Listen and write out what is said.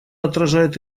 отражает